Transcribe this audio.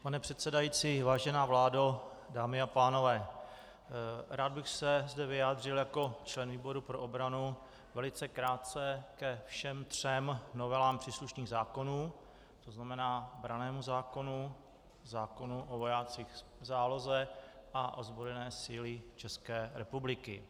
Pane předsedající, vážená vládo, dámy a pánové, rád bych se zde vyjádřil jako člen výboru pro obranu velice krátce ke všem třem novelám příslušných zákonů, to znamená brannému zákonu, zákonu o vojácích v záloze a ozbrojené síly České republiky.